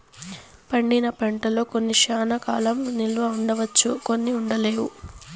పండిన పంటల్లో కొన్ని శ్యానా కాలం నిల్వ ఉంచవచ్చు కొన్ని ఉండలేవు